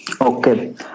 Okay